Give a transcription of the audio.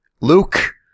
Luke